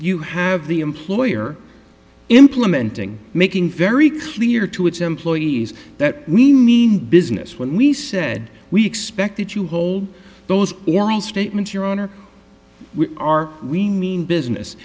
you have the employer implementing making very clear to its employees that we need a business when we said we expected you hold those oral statements your honor we are we mean business